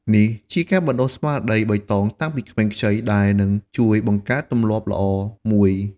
នេះជាការបណ្ដុះស្មារតីបៃតងតាំងពីក្មេងខ្ចី ដែលនឹងជួយបង្កើតទម្លាប់ល្អមួយ។